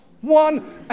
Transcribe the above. One